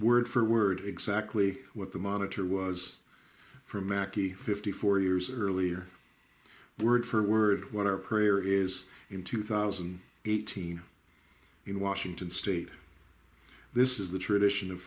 word for word exactly what the monitor was for mackie fifty four years earlier word for word what our prayer is in two thousand and eighteen in washington state this is the tradition of